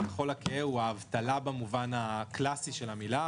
הכחול הכהה הוא האבטלה במובן הקלאסי של המילה.